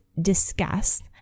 discuss